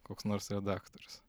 koks nors redaktorius